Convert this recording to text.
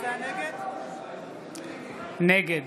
נגד